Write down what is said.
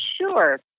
Sure